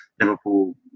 Liverpool